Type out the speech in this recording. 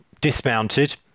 dismounted